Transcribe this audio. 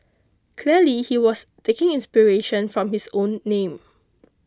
clearly he was taking inspiration from his own name